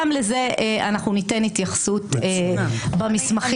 גם לזה אנחנו ניתן התייחסות במסמכים